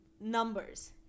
numbers